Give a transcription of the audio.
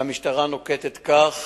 והמשטרה נוקטת כך,